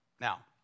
Now